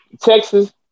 Texas